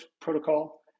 protocol